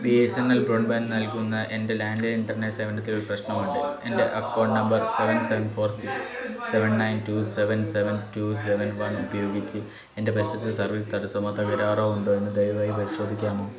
B S N L broadband നൽകുന്ന എൻ്റെ landline internet സേവനത്തിൽ ഒരു പ്രശ്നമുണ്ട് എൻ്റെ account number seven seven four six seven nine two seven seven two seven one ഉപയോഗിച്ച് എൻ്റെ പരിസരത്ത് സർവീസ് തടസ്സമോ തകരാറോ ഉണ്ടോ എന്ന് ദയവായി പരിശോധിക്കാമോ